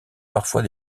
parfois